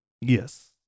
yes